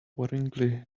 worryingly